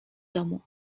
domu